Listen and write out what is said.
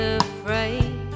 afraid